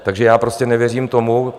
Takže já prostě nevěřím tomu...